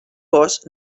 gos